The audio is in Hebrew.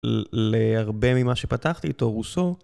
להרבה ממה שפתחתי איתו, רוסו.